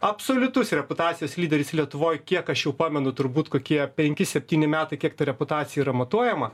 absoliutus reputacijos lyderis lietuvoj kiek aš jau pamenu turbūt kokie penki septyni metai kiek ta reputacija yra matuojama